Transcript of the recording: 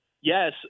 yes